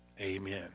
Amen